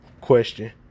question